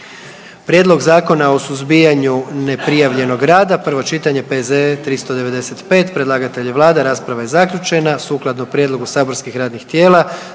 Prijedlog zakona o hrani, prvo čitanje, P.Z.E. br. 400.. Predlagatelj je vlada, rasprava je zaključena. Sukladno prijedlogu saborskih radnih tijela